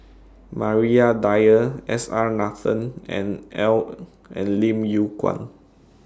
Maria Dyer S R Nathan and L and Lim Yew Kuan